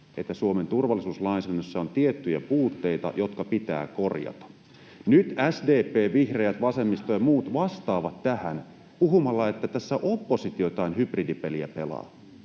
että Suomen turvallisuuslainsäädännössä on tiettyjä puutteita, jotka pitää korjata. Nyt SDP, vihreät, vasemmisto ja muut vastaavat tähän puhumalla, että tässä oppositio jotain hybridipeliä pelaa,